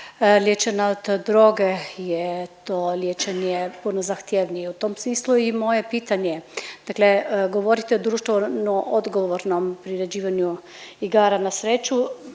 liječenja od droge, jer je to liječenje puno zahtjevnije. U tom smislu i moje pitanje. Dakle govorite o društveno odgovornom priređivanju igara na sreću,